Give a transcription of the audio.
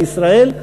לישראל,